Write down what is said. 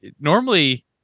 normally